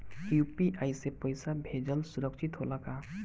UPI से पैसा भेजल सुरक्षित होला का?